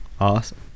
awesome